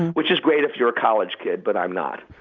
which is great if you're a college kid, but i'm not.